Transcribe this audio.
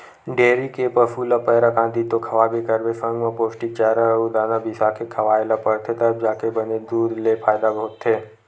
dairy के पसू ल पैरा, कांदी तो खवाबे करबे संग म पोस्टिक चारा अउ दाना बिसाके खवाए ल परथे तब जाके बने दूद ले फायदा होथे